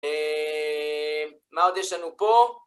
מה עוד יש לנו פה?